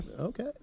Okay